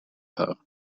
her